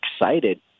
excited